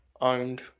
Owned